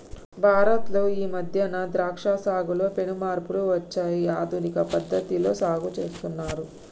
భారత్ లో ఈ మధ్యన ద్రాక్ష సాగులో పెను మార్పులు వచ్చాయి ఆధునిక పద్ధతిలో సాగు చేస్తున్నారు